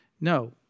No